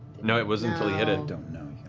no, it was until he hit it.